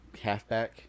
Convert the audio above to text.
halfback